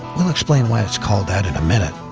we'll explain why it's called that in a minute,